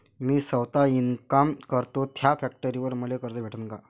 मी सौता इनकाम करतो थ्या फॅक्टरीवर मले कर्ज भेटन का?